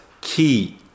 Key